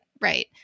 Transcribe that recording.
Right